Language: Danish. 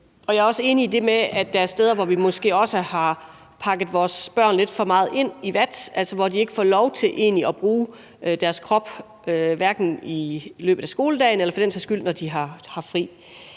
jeg er også enig i, at der måske er steder, hvor vi har pakket vores børn lidt for meget ind i vat, og hvor de ikke får lov til at bruge deres krop, hverken i løbet af skoledagen eller for den sags skyld når de har fri.